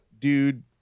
dude